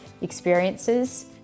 experiences